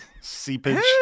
Seepage